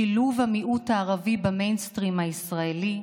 שילוב המיעוט הערבי במיינסטרים הישראלי,